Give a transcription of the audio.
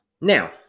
Now